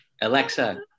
Alexa